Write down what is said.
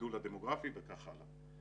מהגידול הדמוגרפי וכך הלאה.